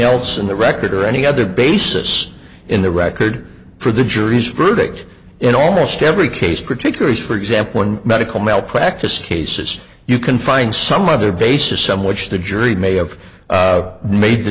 else in the record or any other basis in the record for the jury's verdict in almost every case particularly for example in medical malpractise cases you can find some other basis some which the jury may have made the